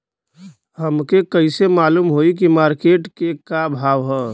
हमके कइसे मालूम होई की मार्केट के का भाव ह?